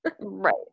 right